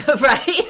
right